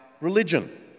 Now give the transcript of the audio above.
religion